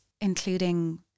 including